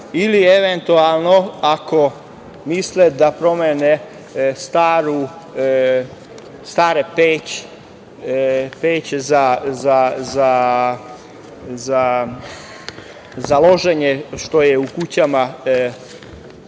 ili eventualno, ako misle da promene staru peć za loženje, što je u kućama,